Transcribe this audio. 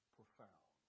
profound